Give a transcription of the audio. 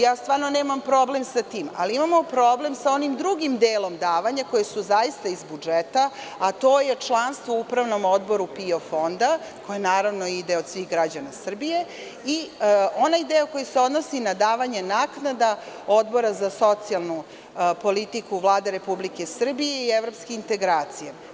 Ja stvarno nemam problem sa tim, ali imamo problem sa onim drugim delom davanja koja su zaista iz budžeta, a to je članstvo u upravnom odboru PIO fonda, koje naravno ide od svih građana Srbije i onaj deo koji se odnosi na davanje naknada Odbora za socijalnu politiku Vlade Republike Srbije i evropske integracije.